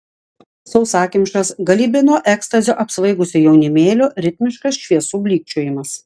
sausakimšas galybė nuo ekstazio apsvaigusio jaunimėlio ritmiškas šviesų blykčiojimas